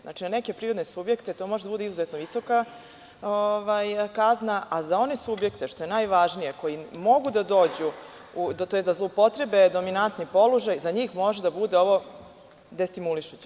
Znači, na neke privredne subjekte to može da bude izuzetno visoka kazna, a za one subjekte, što je najvažnije, koji mogu da dođu, tj. da zloupotrebe dominantni položaj, za njih može da bude ovo destimulišući.